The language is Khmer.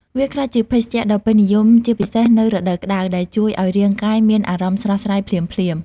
វាក្លាយជាភេសជ្ជៈដ៏ពេញនិយមជាពិសេសនៅរដូវក្តៅ ដែលជួយឲ្យរាងកាយមានអារម្មណ៍ស្រស់ស្រាយភ្លាមៗ។